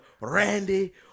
Randy